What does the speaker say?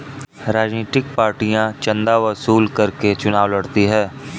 राजनीतिक पार्टियां चंदा वसूल करके चुनाव लड़ती हैं